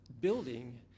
building